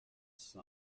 sun